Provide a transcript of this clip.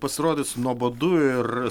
pasirodys nuobodu ir